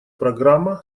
программа